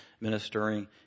ministering